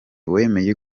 wemeye